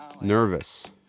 Nervous